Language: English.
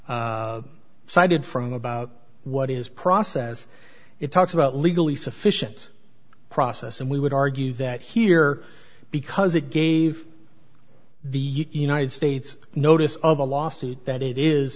cited from about what is process it talks about legally sufficient process and we would argue that here because it gave the united states notice of a lawsuit that it is